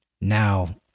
now